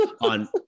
on